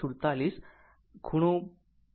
5 o હતું